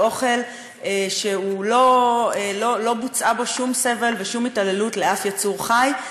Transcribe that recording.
אוכל שלא כרוך בו שום סבל ושום התעללות לאף יצור חי.